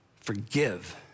forgive